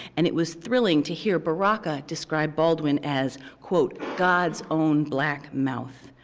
and it was thrilling to hear baraka describe baldwin as quote god's own black mouth.